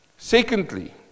Secondly